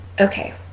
Okay